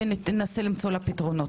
וננסה למצוא לה פתרונות.